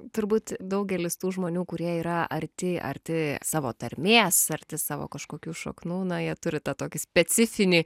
turbūt daugelis tų žmonių kurie yra arti arti savo tarmės arti savo kažkokių šaknų na jie turi tą tokį specifinį